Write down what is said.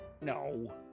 No